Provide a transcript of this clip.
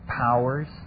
powers